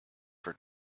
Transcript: for